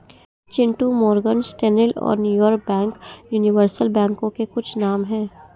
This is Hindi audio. चिंटू मोरगन स्टेनली और न्यूयॉर्क बैंक यूनिवर्सल बैंकों के कुछ नाम है